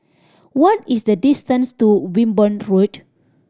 what is the distance to Wimborne Road